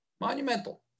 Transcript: monumental